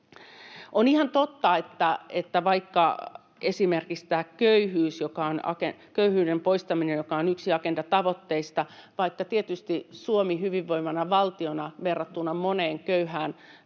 On ihan totta, kun esimerkiksi tämä köyhyyden poistaminen on yksi Agenda-tavoitteista, että vaikka tietysti Suomi on valtiona hyvinvoiva verrattuna moneen köyhään,